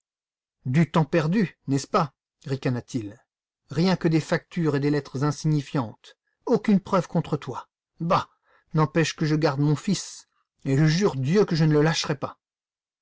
du temps perdu n'est-ce pas ricana t il rien que des factures et des lettres insignifiantes aucune preuve contre toi bah n'empêche que je garde mon fils et je jure dieu que je ne le lâcherai pas